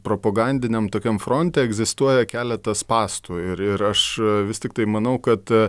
propagandiniam tokiam fronte egzistuoja keletas spąstų ir ir aš vis tiktai manau kad